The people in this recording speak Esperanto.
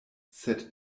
sed